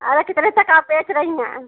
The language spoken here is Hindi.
अरे कितने तक आप देख रही हैं